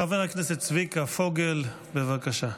חבר הכנסת צביקה פוגל, בבקשה.